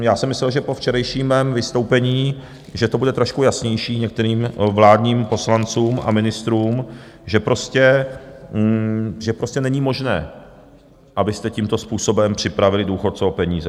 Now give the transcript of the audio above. Já jsem myslel, že po včerejším mém vystoupení, že to bude trošku jasnější některým vládním poslancům a ministrům, že prostě není možné, abyste tímto způsobem připravili důchodce o peníze.